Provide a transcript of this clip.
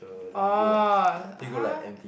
oh !huh!